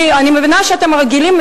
אני מבינה שאתם רגילים,